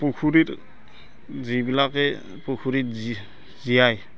পুখুৰীত যিবিলাকে পুখুৰীত জীয়াই